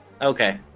Okay